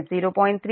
30